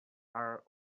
our